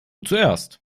zuerst